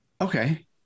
Okay